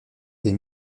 des